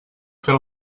fer